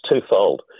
twofold